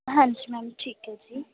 ਹਾਂਜੀ ਮੈਮ ਠੀਕ ਹੈ ਜੀ